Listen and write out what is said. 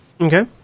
Okay